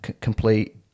complete